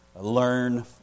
learn